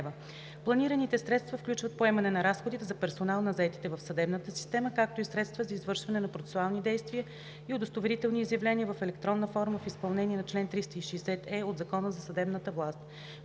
Планираните средства включват поемане на разходите за персонал на заетите в съдебната система, както и средства за извършване на процесуални действия и удостоверителни изявления в електронна форма в изпълнение на чл. 360е от Закона за съдебната власт.